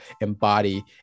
embody